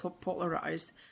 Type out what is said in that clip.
polarized